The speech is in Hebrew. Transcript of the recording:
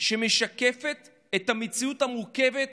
שמשקפת את המציאות המורכבת